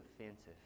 offensive